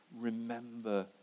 remember